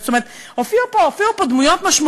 זאת אומרת,